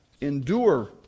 endure